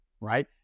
right